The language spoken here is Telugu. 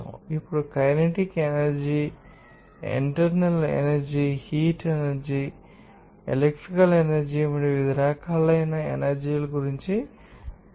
ఇప్పుడుకైనెటిక్ energy energy internal energy heat energy electrical energy వంటి వివిధ రకాలైన ఎనర్జీ గురించి మేము నిజంగా వివరించాము